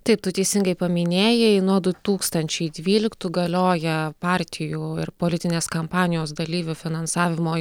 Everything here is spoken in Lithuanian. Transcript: taip tu teisingai paminėjai nuo du tūkstančiai dvyliktų galioja partijų ir politinės kampanijos dalyvių finansavimo